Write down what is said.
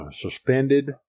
suspended